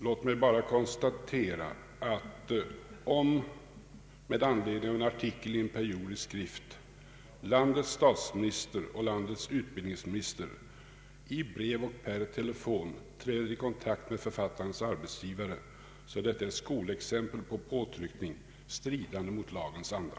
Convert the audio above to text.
Låt mig bara konstatera att om med anledning av en artikel i en periodisk skrift landets statsminister och landets utbildningsminister i brev och per telefon träder i kontakt med författarens arbetsgivare så är detta ett skolexempel på påtryckning, stridande mot lagens anda.